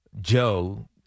Joe